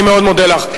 אני מאוד מודה לך.